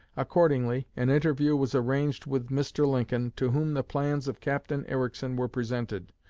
accordingly, an interview was arranged with mr. lincoln, to whom the plans of captain ericsson were presented,